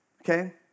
Okay